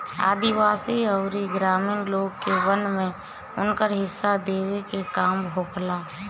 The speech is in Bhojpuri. आदिवासी अउरी ग्रामीण लोग के वन में उनकर हिस्सा देवे के भी काम होखेला